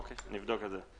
אוקיי, נבדוק את זה.